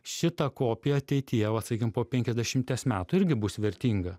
šita kopija ateityje vat sakykim po penkiasdešimties metų irgi bus vertinga